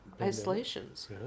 isolations